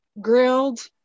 grilled